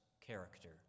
character